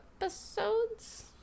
episodes